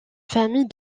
famille